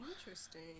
interesting